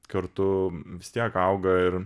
kartu vis tiek auga ir